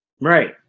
Right